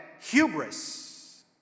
hubris